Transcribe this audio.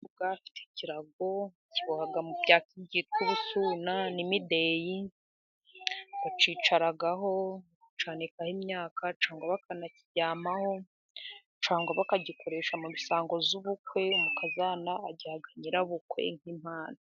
Umukobwo afite ikirago bakiboha mu byatsi byitwa ubusuna n'imideyi bakicaraho, bacyanikaho imyaka cyqngwa bakanakiryamaho, cyangwa bakagikoresha mu bisango y'ubukwe. Umukazana agiha nyirabukwe nk'impano.